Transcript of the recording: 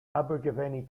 abergavenny